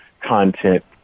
content